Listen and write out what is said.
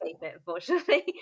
unfortunately